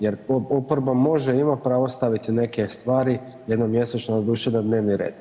Jer oporba može, ima pravo staviti neke stvari jednom mjesečno doduše na dnevni red.